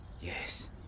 Yes